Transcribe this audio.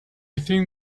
think